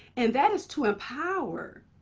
and that is to empower.